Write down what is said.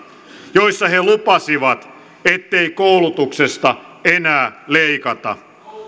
joissa he lupasivat ettei koulutuksesta enää leikata